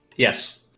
yes